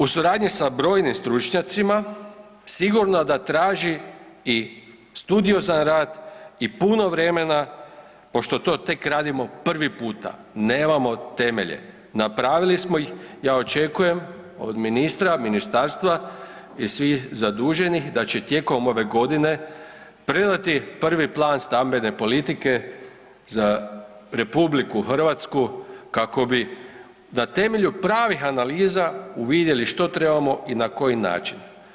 U suradnji sa brojnim stručnjacima sigurno da traži i studiozan rad i puno vremena pošto to tek radimo prvi puta, nemamo temelje, napravili smo ih, ja očekujem od ministra, ministarstva i svih zaduženih da će tijekom ove godine predati prvi plan stambene politike za RH kako bi na temelju pravih analiza uvidjeli što trebamo i na koji način.